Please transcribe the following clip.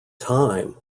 time